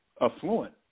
affluent